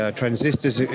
transistors